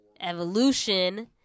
Evolution